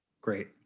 Great